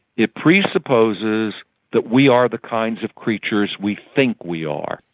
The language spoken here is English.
it presupposes that we are the kinds of creatures we think we are,